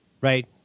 right